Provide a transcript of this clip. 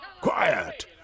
Quiet